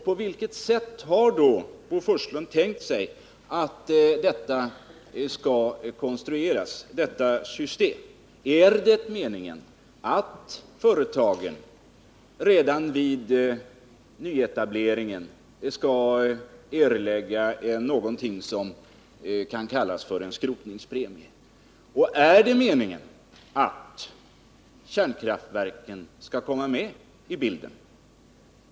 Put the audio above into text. På vilket sätt har Bo Forslund tänkt sig att detta system skall konstrueras? Är det meningen att företagen redan vid nyetableringen skall erlägga någonting som kan kallas för en skrotningspremie, och är det meningen att kärnkraftverken skall komma med i bilden?